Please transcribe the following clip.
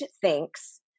thinks